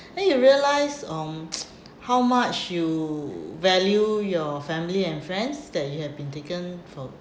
then you realise um how much you value your family and friends that you have been taken from